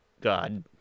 God